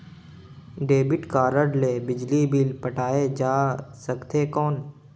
Debit card ले बिजली bill पटाय जा सकथे कौन?